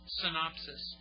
synopsis